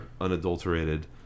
unadulterated